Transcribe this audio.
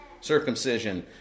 circumcision